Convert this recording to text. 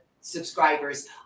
subscribers